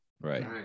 right